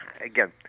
Again